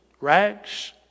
rags